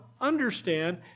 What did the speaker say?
understand